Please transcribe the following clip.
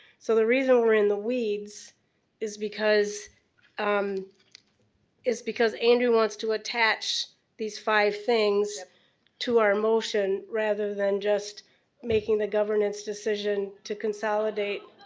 so the reason we're in the weeds is because um is because andrew wants to attach these five things to our motion rather than just making the governance decision to consolidate.